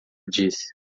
disse